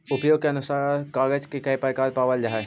उपयोग के अनुसार कागज के कई प्रकार पावल जा हई